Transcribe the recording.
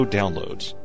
downloads